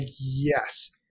Yes